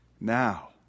Now